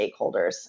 stakeholders